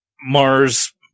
Mars